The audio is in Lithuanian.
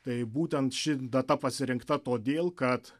tai būtent ši data pasirinkta todėl kad